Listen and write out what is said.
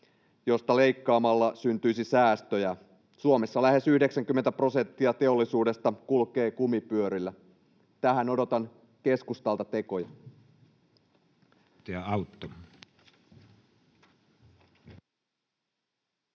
josta leikkaamalla syntyisi säästöjä. Suomessa lähes 90 prosenttia teollisuudesta kulkee kumipyörillä. Tähän odotan keskustalta tekoja.